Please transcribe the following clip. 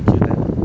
Q_O_O ten